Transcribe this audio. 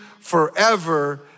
forever